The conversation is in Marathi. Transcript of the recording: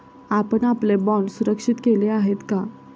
आपण आपले बाँड सुरक्षित केले आहेत का?